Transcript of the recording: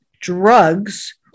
drugs